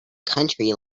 country